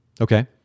Okay